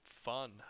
fun